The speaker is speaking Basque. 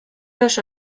oso